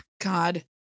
God